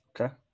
Okay